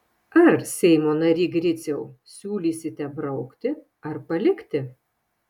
ar seimo nary griciau siūlysite braukti ar palikti